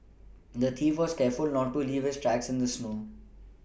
the thief was careful not to leave his tracks in the snow